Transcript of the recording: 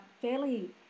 fairly